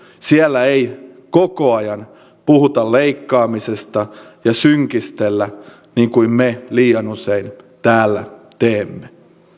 siellä ei koko ajan puhuta leikkaamisesta ja synkistellä niin kuin me liian usein täällä teemme